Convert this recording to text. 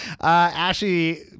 Ashley